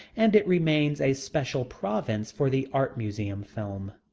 and it remains a special province for the art museum film.